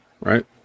right